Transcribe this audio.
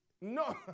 No